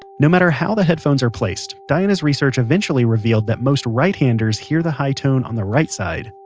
no matter how the headphones are placed, diana's research eventually revealed that most right-handers hear the high tone on the right side.